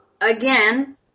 again